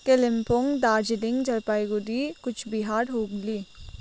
Kalimpong Darjeeling Jalpaiguri Coochbehar Hooghly